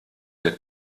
der